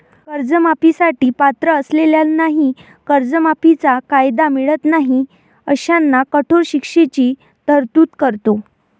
कर्जमाफी साठी पात्र असलेल्यांनाही कर्जमाफीचा कायदा मिळत नाही अशांना कठोर शिक्षेची तरतूद करतो